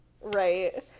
Right